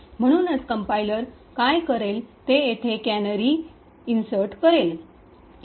म्हणूनच कंपाईलर काय करेल ते येथे कॅनरी घाला